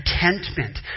contentment